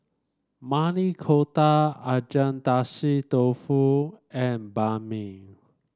Maili Kofta Agedashi Dofu and Banh Mi